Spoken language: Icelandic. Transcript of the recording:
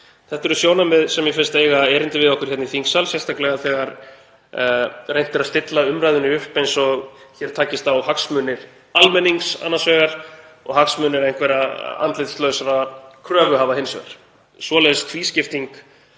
Þetta eru sjónarmið sem mér finnst eiga erindi við okkur hérna í þingsal, sérstaklega þegar reynt er að stilla umræðunni upp eins og hér takist á hagsmunir almennings annars vegar og hagsmunir einhverra andlitslausra kröfuhafa hins vegar. Svoleiðis tvískipting